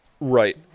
Right